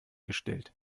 gestellt